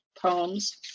poems